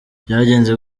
byagenze